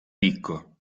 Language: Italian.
picco